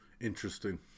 Interesting